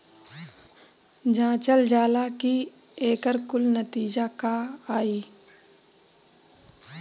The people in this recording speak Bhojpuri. जांचल जाला कि एकर कुल नतीजा का आई